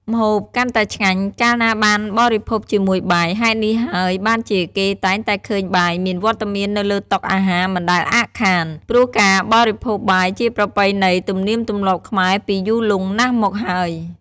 ម្ហូបកាន់តែឆ្ងាញ់ កាលណាបានបរិភោគជាមួយបាយ ហេតុនេះហើយបានជា គេតែងតែឃើញបាយមានវត្តមាននៅលើតុអាហារមិនដែលអាក់ខាន ព្រោះការបរិភោគបាយជាប្រពៃណីទំនៀមទម្លាប់ខ្មែរពីយូរលង់ណាស់មកហើយ។